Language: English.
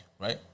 right